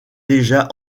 déjà